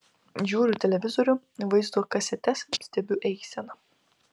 žiūriu televizorių vaizdo kasetes stebiu eiseną